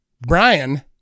Brian